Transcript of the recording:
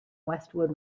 westwood